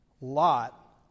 Lot